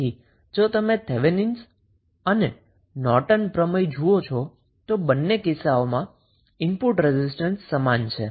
તેથી જો તમે થેવેનિન્સ અને નોર્ટન થિયરમ જુઓ તો બંને કિસ્સાઓમાં ઇનપુટ રેઝિસ્ટન્સ સમાન છે